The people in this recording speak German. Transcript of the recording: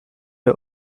bei